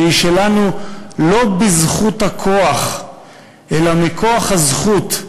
שהיא שלנו לא בזכות הכוח אלא מכוח הזכות,